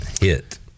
hit